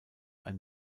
ein